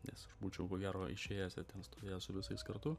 nes aš būčiau ko gero išėjęs ir ten stovėjęs su visais kartu